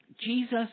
Jesus